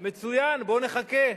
מצוין, בוא נחכה,